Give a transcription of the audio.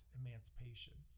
emancipation